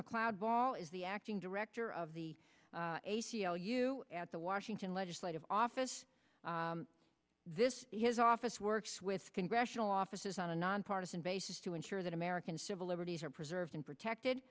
macleod ball is the acting director of the a c l u at the washington legislative office this his office works with congressional offices on a nonpartisan basis to ensure that american civil liberties are preserved and protected